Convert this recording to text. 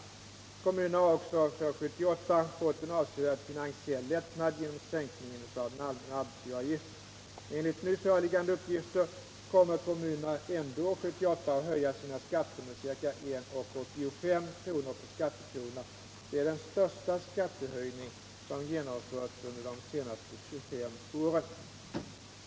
Kommunerna har också för år 1978 fått en avsevärd finansiell lättnad genom sänkningen av den allmänna arbetsgivaravgiften. Enligt nu föreliggande uppgifter kommer kommunerna ändå år 1978 att höja sina skatter med ca 1:85 kr. per skattekrona. Detta är den största skattehöjning som genomförts under de närmaste 25 åren.